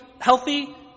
healthy